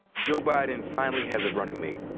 joe biden finally has a running mate,